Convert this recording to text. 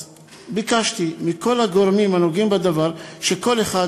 אז ביקשתי מכל הגורמים הנוגעים בדבר שכל אחד